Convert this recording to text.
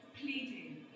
pleading